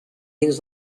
dins